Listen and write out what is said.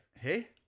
Hey